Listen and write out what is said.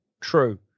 true